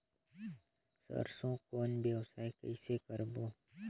सरसो कौन व्यवसाय कइसे करबो?